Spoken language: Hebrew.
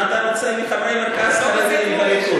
מה אתה רוצה מחברי מרכז הליכוד?